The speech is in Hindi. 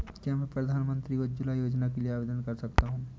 क्या मैं प्रधानमंत्री उज्ज्वला योजना के लिए आवेदन कर सकता हूँ?